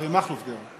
אריה מכלוף דרעי.